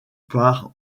par